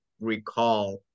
recall